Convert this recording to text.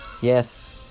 Yes